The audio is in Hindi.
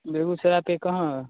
बेगूसराय पर कहाँ